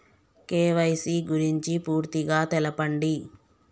KYC గురించి పూర్తిగా తెలపండి?